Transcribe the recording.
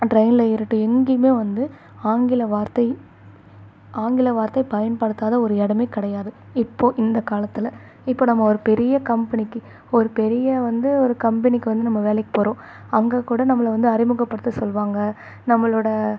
ட்ரெயின்ல ஏறட்டும் எங்கேயுமே வந்து ஆங்கில வார்த்தை ஆங்கில வார்த்தை பயன்படுத்தாத ஒரு இடமே கிடையாது இப்போது இந்த காலத்தில் இப்போ நம்ம ஒரு பெரிய கம்பெனிக்கு ஒரு பெரிய வந்து ஒரு கம்பெனிக்கு வந்து நம்ம வேலைக்கு போகிறோம் அங்கே கூட நம்மளை வந்து அறிமுகப்படுத்த சொல்லுவாங்க நம்மளோடய